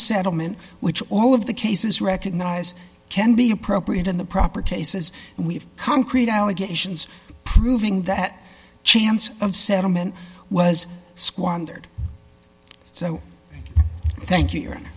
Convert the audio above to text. settlement which all of the cases recognize can be appropriate in the proper tases we have concrete allegations proving that chance of settlement was squandered so thank you